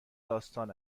داستان